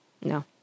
No